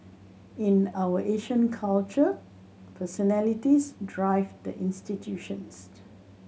in our Asian culture personalities drive the institutions